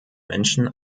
menschen